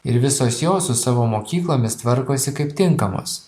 ir visos jos su savo mokyklomis tvarkosi kaip tinkamos